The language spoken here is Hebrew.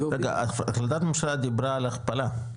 רגע, החלטת הממשלה דיברה על הכפלה?